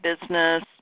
business